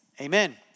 Amen